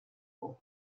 for